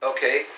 Okay